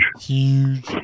Huge